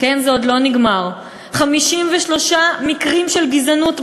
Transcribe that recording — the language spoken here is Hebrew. ולצוות המשרד,